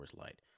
Light